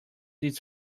its